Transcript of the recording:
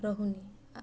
ରହୁନି